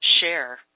share